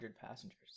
passengers